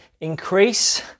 increase